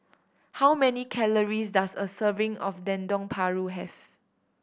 how many calories does a serving of Dendeng Paru have